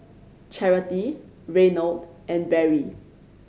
Charity Reynold and Barry